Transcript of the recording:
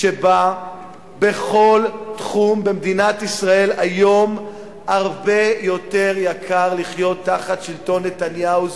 שבה בכל תחום במדינת ישראל היום הרבה יותר יקר לחיות תחת שלטון נתניהו.